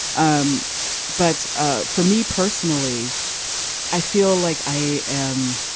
um but ah for me personally i feel like i am